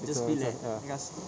just so and so ya